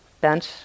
bench